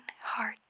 Heart